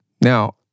Now